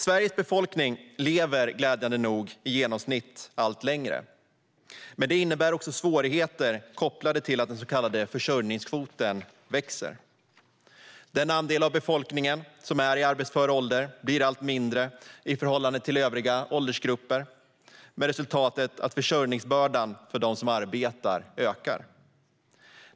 Sveriges befolkning lever glädjande nog i genomsnitt allt längre. Men detta innebär också svårigheter kopplade till att den så kallade försörjningskvoten växer. Den andel av befolkningen som är i arbetsför ålder blir allt mindre i förhållande till övriga åldersgrupper, med resultatet att försörjningsbördan för dem som arbetar ökar.